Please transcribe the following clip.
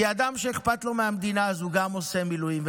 כי אדם שאכפת לו מהמדינה הזו, גם עושה מילואים.